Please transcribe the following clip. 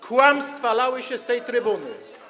Kłamstwa lały się z tej trybuny.